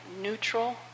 neutral